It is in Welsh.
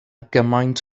gymaint